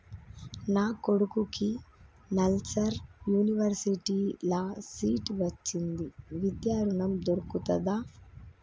నా కొడుకుకి నల్సార్ యూనివర్సిటీ ల సీట్ వచ్చింది విద్య ఋణం దొర్కుతదా?